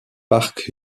park